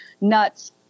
nuts